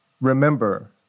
remember